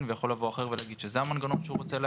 הזה ויכול לבוא אחר ולהגיד מנגנון אחר.